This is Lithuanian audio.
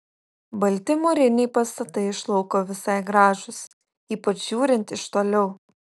balti mūriniai pastatai iš lauko visai gražūs ypač žiūrint iš toliau